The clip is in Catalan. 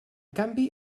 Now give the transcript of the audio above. canvi